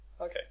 Okay